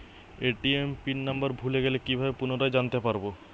ATM pin number ভুলে গেলে কি ভাবে পুনরায় জানতে পারবো?